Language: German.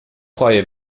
freue